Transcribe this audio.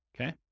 Okay